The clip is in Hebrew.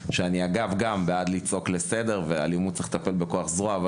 שאגב אני גם בעד לדאוג לסדר ואלימות היא דבר שצריך לטפל בו בכוח הזרוע,